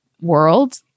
world